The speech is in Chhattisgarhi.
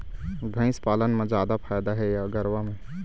भंइस पालन म जादा फायदा हे या गरवा में?